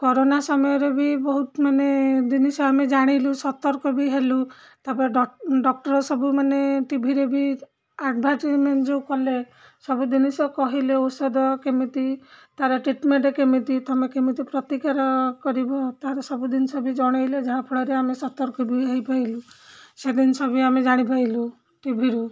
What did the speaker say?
corona ସମୟରେ ବି ବହୁତ ମାନେ ଜିନିଷ ଆମେ ଜାଣିଲୁ ସତର୍କ ବି ହେଲୁ ତା'ପରେ ଡକ୍ଟର ସବୁ ମାନେ ଟିଭିରେ ବି ଆଡ଼ଭାଟାଇଜମେଣ୍ଟ ଯେଉଁ କଲେ ସବୁ ଜିନିଷ କହିଲେ ଔଷଧ କେମିତି ତା'ର ଟ୍ରିଟମେଣ୍ଟ କେମିତି ତମେ କେମିତି ପ୍ରତିକାର କରିବ ତା'ର ସବୁ ଜିନିଷ ବି ଜଣାଇଲେ ଯାହାଫଳରେ ଆମେ ସତର୍କ ବି ହେଇପାରିଲୁ ସେ ଜିନିଷ ବି ଆମେ ଜାଣିପାରିଲୁ ଟିଭିରୁ